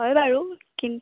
হয় বাৰু কিন্তু